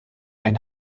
ein